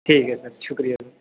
ठीक ऐ सर शुक्रिया सर